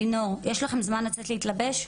לינור: יש לכן זמן לצאת להתלבש?